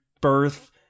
birth